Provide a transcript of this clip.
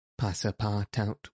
Passapartout